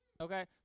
Okay